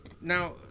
Now